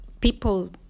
people